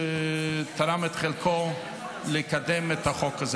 שתרם את חלקו בקידום החוק הזה.